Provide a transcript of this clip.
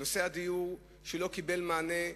לא קיבל מענה,